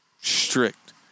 strict